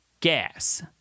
Gas